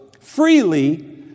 freely